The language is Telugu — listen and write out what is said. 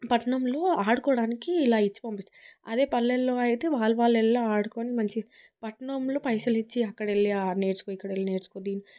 పట్నంలో ఆడుకోడానికి ఇలా ఇచ్చి పంపిస్తారు అదే పల్లెల్లో అయితే వాళ్ళు వాళ్ళే వెళ్ళి ఆడుకొని మంచిగా పట్నంలో పైసలు ఇచ్చి అక్కడ వెళ్ళి నేర్చుకుని ఇక్కడ వెళ్ళి నేర్చుకుని